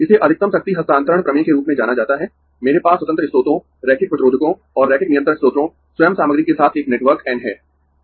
इसे अधिकतम शक्ति हस्तांतरण प्रमेय के रूप में जाना जाता है मेरे पास स्वतंत्र स्रोतों रैखिक प्रतिरोधकों और रैखिक नियंत्रण स्रोतों स्वयं सामग्री के साथ एक नेटवर्क N है